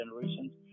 generations